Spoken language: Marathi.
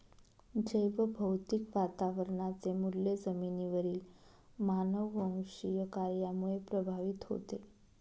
जैवभौतिक वातावरणाचे मूल्य जमिनीवरील मानववंशीय कार्यामुळे प्रभावित होते